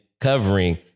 covering